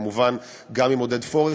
וכמובן גם עם עודד פורר,